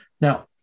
Now